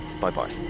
Bye-bye